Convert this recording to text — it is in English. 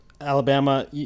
Alabama